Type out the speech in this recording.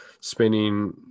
spinning